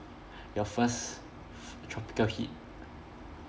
your first tropical heat